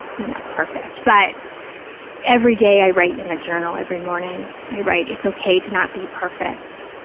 you know, perfect. but every day, i write in a journal every morning, i write, it's okay to not be perfect,